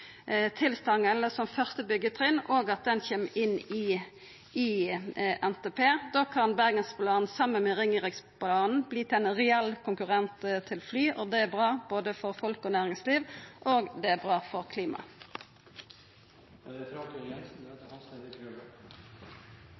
som første byggjetrinn, og at ho kjem inn i NTP. Da kan Bergensbanen saman med Ringeriksbanen verta ein reell konkurrent til fly, og det er bra både for folk og næringsliv, og det er bra for